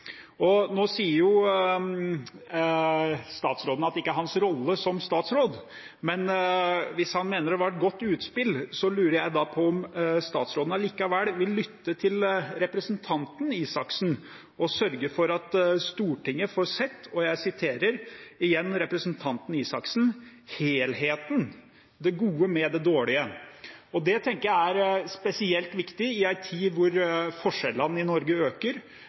Nå sier statsråden at dette ikke er hans rolle som statsråd, men hvis han mener det var et godt utspill, lurer jeg på om statsråden allikevel vil lytte til tidligere stortingsrepresentant Røe Isaksen og sørge for at Stortinget får sett, og jeg siterer igjen tidligere stortingsrepresentant Røe Isaksen, «helheten, det gode med det dårlige». Det tenker jeg er spesielt viktig i en tid hvor forskjellene i Norge øker.